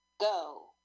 go